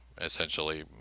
essentially